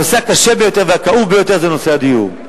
הנושא הקשה ביותר והכאוב ביותר זה נושא הדיור.